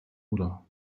oder